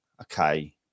okay